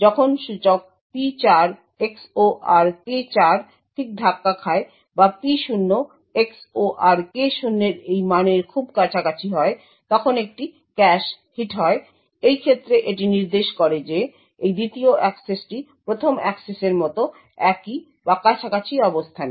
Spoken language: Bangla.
যখন সূচক P4 XOR K4 ঠিক ধাক্কা খায় বা P0 XOR K0 এর এই মানের খুব কাছাকাছি হয় তখন একটি ক্যাশ হিট হয় এই ক্ষেত্রে এটি নির্দেশ করে যে এই দ্বিতীয় অ্যাক্সেসটি প্রথম অ্যাক্সেসের মতো একই বা কাছাকাছি অবস্থানে